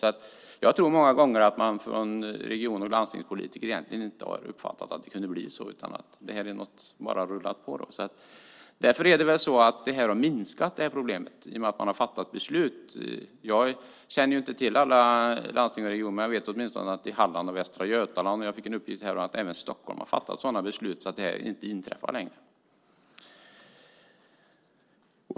Det handlar nog många gånger om att region och landstingspolitiker inte har uppfattat att det kunde bli på det här sättet. Nu har väl problemet minskat i och med att man har fattat beslut. Jag känner inte till hur det är i alla regioner, men jag vet att man i Halland och Västra Götaland och, enligt en uppgift jag fick, också i Stockholm har fattat sådana beslut att det här inte inträffar längre.